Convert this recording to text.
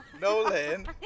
Nolan